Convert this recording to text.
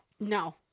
No